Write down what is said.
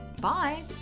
Bye